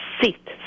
seat